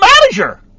manager